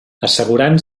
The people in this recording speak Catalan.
assegurant